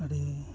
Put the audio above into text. ᱟᱹᱰᱤ